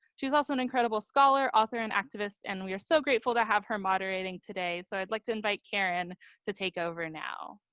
she's also an incredible scholar, author, and activist and we are so grateful to have her moderating today so i'd like to invite karen to take over now.